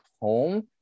home